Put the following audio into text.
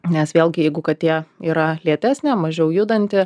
nes vėlgi jeigu katė yra lėtesnė mažiau judanti